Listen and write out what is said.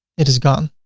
it is gone.